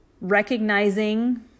Recognizing